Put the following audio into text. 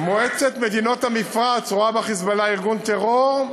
מועצת מדינות המפרץ רואה ב"חיזבאללה" ארגון טרור,